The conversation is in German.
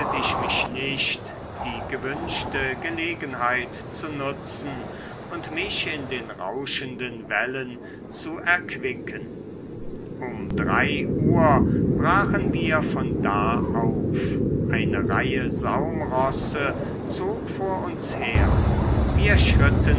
ich mich nicht die gewünschte gelegenheit zu nutzen und mich in den rauschenden wellen zu erquicken um uhr brachen wir von da auf eine reihe saumrosse zog vor uns her wir schritten